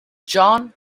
john